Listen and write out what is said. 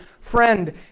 Friend